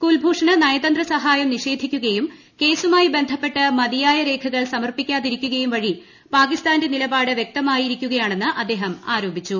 കുൽഭൂഷന് നയതന്ത്രസഹായം നിഷേധിക്കുകയും കേസുമായി ബന്ധപ്പെട്ട് മതിയായ രേഖകൾ സമർപ്പിക്കാതിരിക്കുകയും വഴി പാകിസ്ഥാന്റെ നിലപാട് വൃക്തമായിരിക്കുകയാണെന്ന് അദ്ദേഹം ആരോപിച്ചു